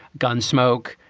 gunsmoke.